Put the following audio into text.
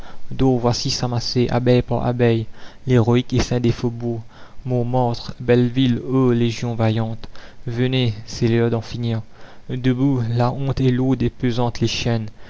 dors voici s'amasser abeille par abeille l'héroïque essaim des faubourgs montmartre belleville ô légions vaillantes venez c'est l'heure d'en finir debout la honte est lourde et pesantes